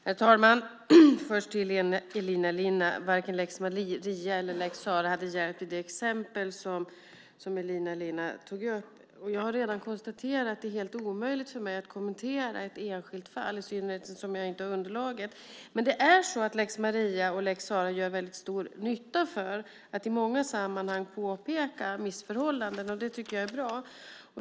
Herr talman! Elina Linna sade att varken lex Maria eller lex Sarah hade hjälpt i det exempel som Elina Linna tog upp. Jag har redan konstaterat att det är helt omöjligt för mig att kommentera ett enskilt fall, i synnerhet som jag inte har underlaget. Men det är så att lex Maria och lex Sarah gör väldigt stor nytta för att man i många sammanhang ska påpeka missförhållanden. Det tycker jag är bra.